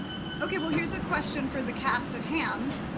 okay, well here's a question for the cast at hand,